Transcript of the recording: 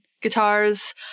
guitars